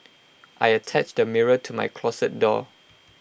I attached A mirror to my closet door